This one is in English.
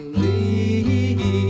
leave